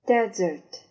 Desert